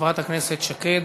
חברת הכנסת שקד.